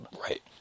Right